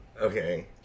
Okay